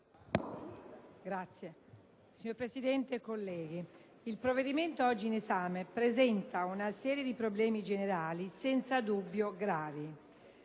*(IdV)*. Signor Presidente, colleghi, il provvedimento oggi in esame presenta una serie di problemi generali, senza dubbio gravi.